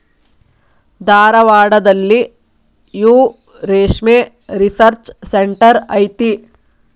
ಧಾರವಾಡದಲ್ಲಿಯೂ ರೇಶ್ಮೆ research centre ಐತಿ